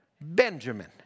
Benjamin